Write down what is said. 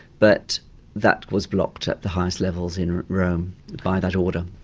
but that was blocked at the highest levels in rome by that order.